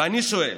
ואני שואל: